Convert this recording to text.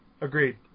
Agreed